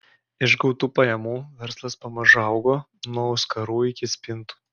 iš gautų pajamų verslas pamažu augo nuo auskarų iki spintų